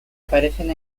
aparecen